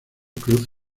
cruz